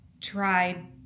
tried